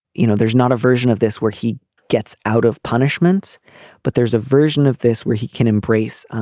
you know there's not a version of this where he gets out of punishments but there's a version of this where he can embrace